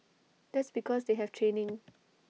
that's because they have training